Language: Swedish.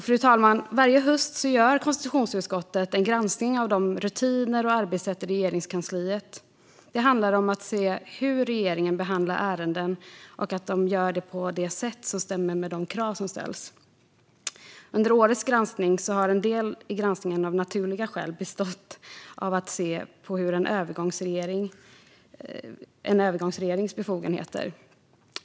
Fru talman! Varje höst gör konstitutionsutskottet en granskning av rutiner och arbetssätt i Regeringskansliet. Det handlar om att se hur regeringen behandlar ärenden och om man gör det på ett sätt som stämmer med de krav som ställs. En del i årets granskning har av naturliga skäl bestått av att se på en övergångsregerings befogenheter.